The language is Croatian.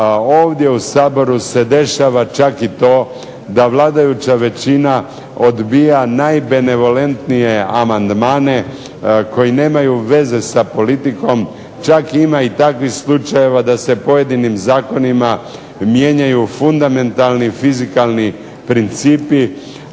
Ovdje u Saboru se dešava čak i to da vladajuća većina odbija najbenevolentnije amandmane koji nemaju veze sa politikom. Čak ima i takvih slučajeva da se pojedinim zakonima mijenjaju fundamentalni fizikalni principi.